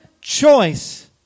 choice